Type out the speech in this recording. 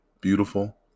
beautiful